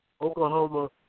Oklahoma